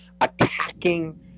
attacking